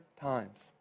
times